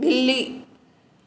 ॿिली